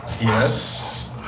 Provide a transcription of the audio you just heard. Yes